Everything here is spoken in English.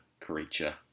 creature